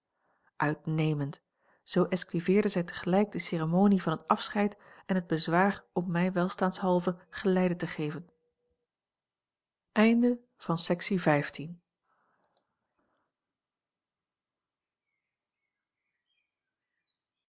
uitnemend zoo esquiveerde zij tegelijk de ceremonie van het afscheid en het bezwaar om mij welstaandshalve geleide te geven